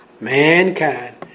mankind